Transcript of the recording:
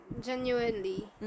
genuinely